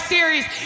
Series